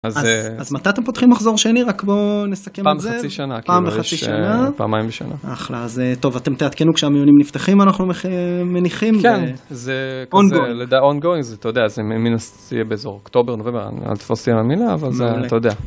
אז, מתי אתם פותחים מחזור שני? רק בוא נסכם על זה. פעם בחצי שנה, פעם בחצי שנה? כאילו יש פעמיים בשנה. אחלה, אז טוב, אתם תעדכנו כשהמיונים נפתחים, אנחנו מניחים. כן, זה on-going, זה אתה יודע, זה מינוס יהיה באזור אוקטובר, נראה, אל תתפוס אותי על המילה, אבל זה אתה יודע.